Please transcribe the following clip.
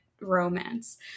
romance